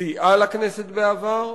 סייעה לכנסת בעבר,